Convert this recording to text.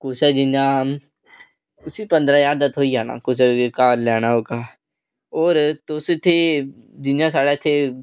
कुसै जि'यां उसी पंदरां ज्हार दा थ्होई जाना कुसै दे घर लैना होगा और तुस इत्थै जि'यां साढ़े इत्थै